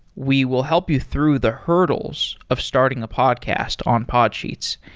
we will help you through the hurdles of starting a podcast on podsheets.